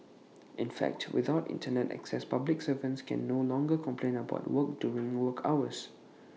in fact without Internet access public servants can no longer complain about work during work hours